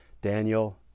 Daniel